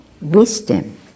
wisdom